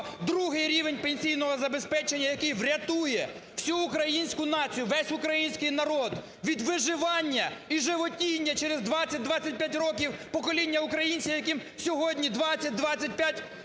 другий рівень пенсійного забезпечення, який врятує всю українську націю, весь український народ від виживання і животіння, через 20-25 років покоління українців, яким сьогодні 20-25 років,